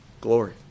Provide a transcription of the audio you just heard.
glory